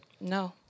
No